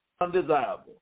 undesirable